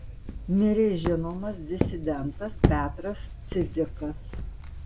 mirė žinomas disidentas petras cidzikas